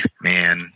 man